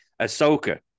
Ahsoka